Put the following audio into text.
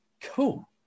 Cool